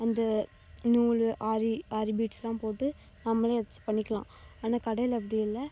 அந்த நூல் ஆரி ஆரி பீட்ஸ்லாம் போட்டு நம்மளே அதை பண்ணிக்கலாம் ஆனால் கடையில் அப்படி இல்லை